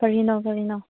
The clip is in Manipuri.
ꯀꯔꯤꯅꯣ ꯀꯔꯤꯅꯣ